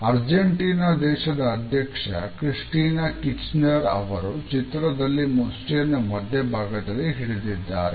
Argentina ದೇಶದ ಅಧ್ಯಕ್ಷ Cristina Kirchner ಅವರ ಚಿತ್ರದಲ್ಲಿ ಮುಷ್ಟಿಯನ್ನು ಮಧ್ಯಭಾಗದಲ್ಲಿ ಹಿಡಿದಿದ್ದಾರೆ